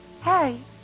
Harry